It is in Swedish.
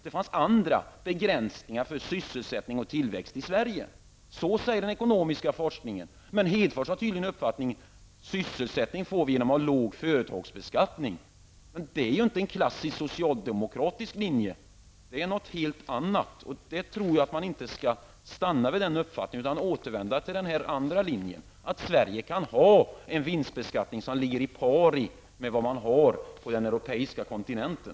Det finns andra begränsningar för sysselsättning och tillväxt i Sverige. Så säger den ekonomiska forskningen. Men Lars Hedfors har tydligen den uppfattningen att vi får sysselsättning genom att ha en låg företagsbeskattning. Det är ju inte någon klassisk socialdemokratisk linje utan något helt annat. Jag tror inte att man skall stanna vid den uppfattningen utan återvända till den andra linjen, nämligen att Sverige kan ha en vinstbeskattning som ligger i pari med vad man har på den europeiska kontinenten.